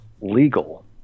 legal